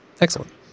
Excellent